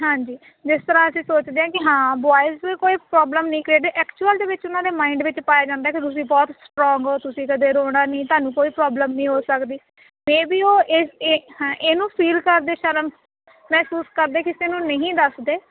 ਹਾਂਜੀ ਜਿਸ ਤਰ੍ਹਾਂ ਅਸੀਂ ਸੋਚਦੇ ਹਾਂ ਕਿ ਹਾਂ ਬੋਇਜ ਕੋਈ ਪ੍ਰੋਬਲਮ ਨਹੀਂ ਕਰ ਦੇ ਵਿੱਚ ਉਹਨਾਂ ਦੇ ਮਾਇੰਡ ਵਿੱਚ ਪਾਇਆ ਜਾਂਦਾ ਕਿ ਤੁਸੀਂ ਬਹੁਤ ਸਟਰੋਂਗ ਤੁਸੀਂ ਕਦੇ ਰੋਣਾ ਨਹੀਂ ਤੁਹਾਨੂੰ ਕੋਈ ਪ੍ਰੋਬਲਮ ਨਹੀਂ ਹੋ ਸਕਦੀ ਮੇ ਵੀ ਉਹ ਇਹ ਹਾ ਇਹਨੂੰ ਫੀਲ ਕਰਦੇ ਸ਼ਰਮ ਮਹਿਸੂਸ ਕਰਦੇ ਕਿਸੇ ਨੂੰ ਨਹੀਂ ਦੱਸਦੇ